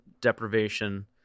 deprivation-